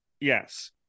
yes